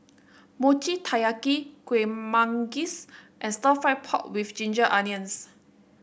Mochi Taiyaki Kuih Manggis and Stir Fried Pork with Ginger Onions